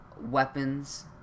weapons